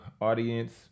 audience